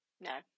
No